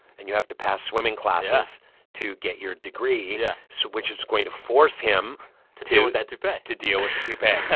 and you have to pass swimming classes to get your degree, yeah so which is going to force him to. deal with that toupee. to deal with the toupee.